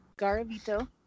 Garavito